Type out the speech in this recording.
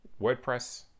WordPress